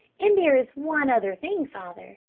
and there is one other thing, father.